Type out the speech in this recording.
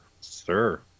Sir